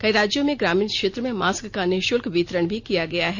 कई राज्यों में ग्रामीण क्षेत्र में मास्क का निशुल्क वितरण भी किया गया है